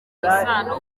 isano